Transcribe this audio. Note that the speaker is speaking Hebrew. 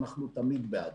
אנחנו תמיד בעד.